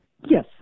Yes